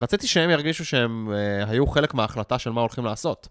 רציתי שהם ירגישו שהם היו חלק מההחלטה של מה הולכים לעשות.